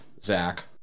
Zach